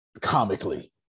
comically